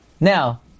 Now